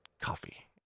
coffee